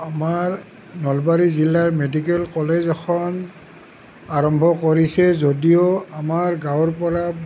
আমাৰ নলবাৰী জিলাৰ মেডিকেল কলেজএখন আৰম্ভ কৰিছে যদিও আমাৰ গাঁৱৰ পৰা